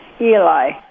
eli